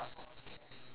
okay